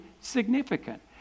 significant